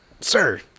sir